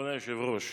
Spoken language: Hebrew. כבוד היושב-ראש,